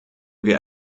wir